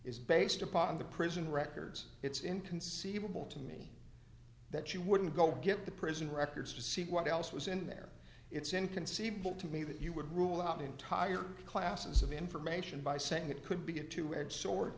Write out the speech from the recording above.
is based upon the prison records it's inconceivable to me that you wouldn't go get the prison records to see what else was in there it's inconceivable to me that you would rule out entire classes of information by saying it could be a two edged sword